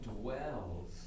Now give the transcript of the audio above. dwells